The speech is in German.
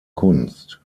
kunst